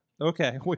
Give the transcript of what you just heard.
Okay